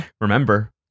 Remember